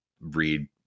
read